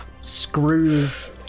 Screws